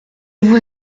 vous